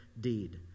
deed